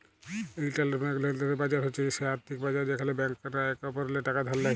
interbank লেলদেলের বাজার হছে সে আথ্থিক বাজার যেখালে ব্যাংকরা একে অপরেল্লে টাকা ধার লেয়